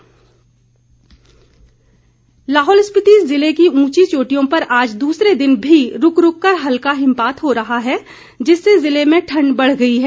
मौसम लाहौल स्पीति ज़िले की ऊंची चोटियों पर आज दूसरे दिन भी रूक रूक कर हल्का हिमपात हो रहा है जिससे ज़िले में ठण्ड बढ़ गई है